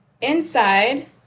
inside